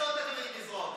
למריצות אתם יודעים לזרוק.